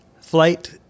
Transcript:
flight